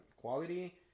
quality